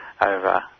over